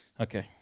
Okay